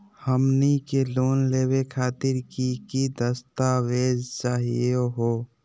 हमनी के लोन लेवे खातीर की की दस्तावेज चाहीयो हो?